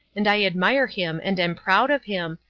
and i admire him and am proud of him,